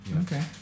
Okay